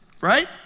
Right